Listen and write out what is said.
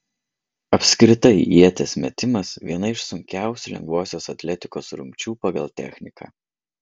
apskritai ieties metimas viena iš sunkiausių lengvosios atletikos rungčių pagal techniką